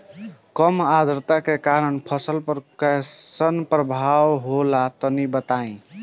कम आद्रता के कारण फसल पर कैसन प्रभाव होला तनी बताई?